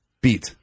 beat